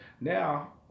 now